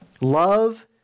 Love